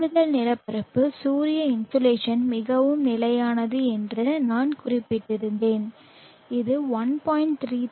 கூடுதல் நிலப்பரப்பு சூரிய இன்சோலேஷன் மிகவும் நிலையானது என்று நான் குறிப்பிட்டிருந்தேன் இது 1